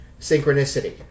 Synchronicity